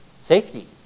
safety